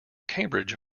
cambridge